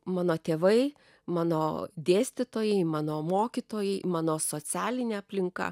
mano tėvai mano dėstytojai mano mokytojai mano socialinė aplinka